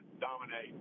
dominate